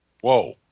Whoa